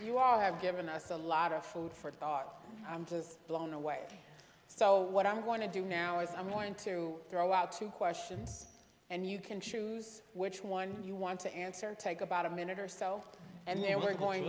you all have given us a lot of food for thought i'm just blown away so what i want to do now is i'm going to throw out two questions and you can choose which one you want to answer take about a minute or so and they were going